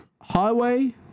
Highway